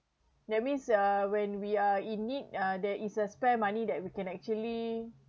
that mean uh when we are in need uh there is a spare money that we can actually